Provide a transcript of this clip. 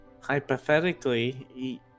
hypothetically